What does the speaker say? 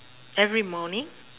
every morning